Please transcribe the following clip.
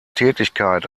tätigkeit